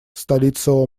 столица